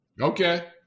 Okay